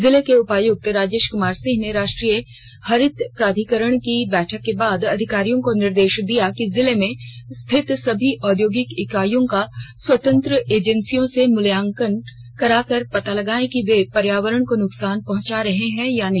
जिले के उपायुक्त राजेश कुमार सिंह ने राष्ट्रीय हरित प्राधिकरण की बैठक के बाद अधिकारियों को निर्देश दिया कि जिले में स्थित सभी औद्योगिक इकाईयों का स्वतंत्र एजेंसी से मूल्यांकन कराकर यह पता लगायें कि वे पर्यावरण को नुकसान पहुंचा रहे हैं या नहीं